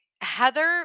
Heather